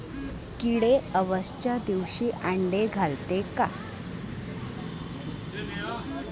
किडे अवसच्या दिवशी आंडे घालते का?